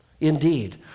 Indeed